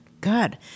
Good